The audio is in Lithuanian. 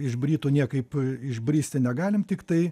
iš britų niekaip išbristi negalim tiktai